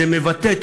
הוא מבטא את